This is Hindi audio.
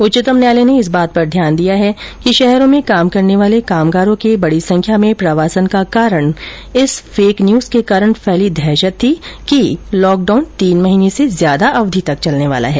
उच्चतम न्यायालय ने इस बात पर ध्यान दिया है कि शहरों में काम करने वाले कामगारों के बड़ी संख्या में प्रवासन का कारण इस फेक न्यूज के कारण फैली दहशत थी कि लॉकडाउन तीन महीने से ज्यादा अवधि तक चलने वाला है